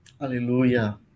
Hallelujah